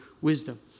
wisdom